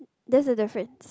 that's the difference